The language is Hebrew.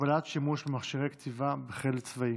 הגבלת שימוש במכשירי כתיבה בכלא צבאי.